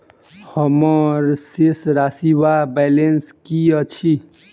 हम्मर शेष राशि वा बैलेंस की अछि?